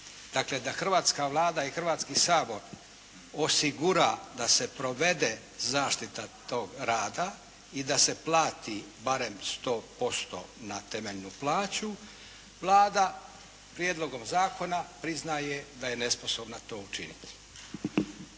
Dakle, da hrvatska Vlada i Hrvatski sabor osigura da se provede zaštita tog rada i da se plati barem 100% na temeljnu plaću, Vlada prijedlogom zakona priznaje da je nesposobna to učiniti.